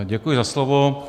Děkuji za slovo.